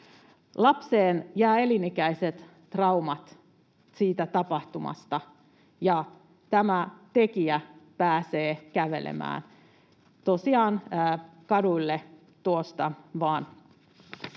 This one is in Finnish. Lapseen jää elinikäiset traumat siitä tapahtumasta, ja tämä tekijä pääsee kävelemään tosiaan kaduille tuosta vain.